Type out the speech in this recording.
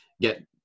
get